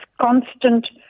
constant